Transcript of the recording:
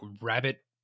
rabbit